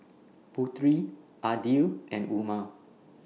Putri Aidil and Umar